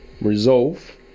resolve